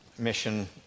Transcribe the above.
mission